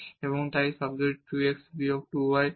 অথবা আমরা এই টার্মটি 2 x বিয়োগ 2 y করতে পারি